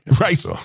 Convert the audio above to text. Right